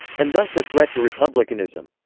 and thus a threat to republicanism.